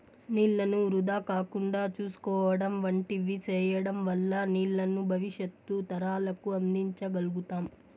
నీళ్ళను వృధా కాకుండా చూసుకోవడం వంటివి సేయడం వల్ల నీళ్ళను భవిష్యత్తు తరాలకు అందించ గల్గుతాం